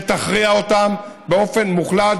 שתכריע אותם באופן מוחלט.